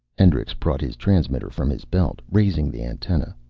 hendricks brought his transmitter from his belt, raising the antenna.